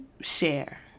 share